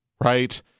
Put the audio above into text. right